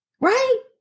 Right